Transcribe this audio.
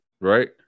right